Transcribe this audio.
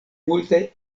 multaj